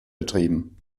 betrieben